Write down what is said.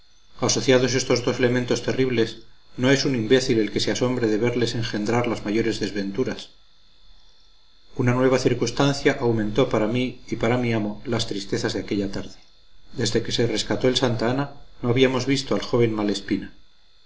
estos dos elementos terribles no es un imbécil el que se asombre de verles engendrar las mayores desventuras una nueva circunstancia aumentó para mí y para mi amo las tristezas de aquella tarde desde que se rescató el santa ana no habíamos visto al joven malespina